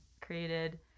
created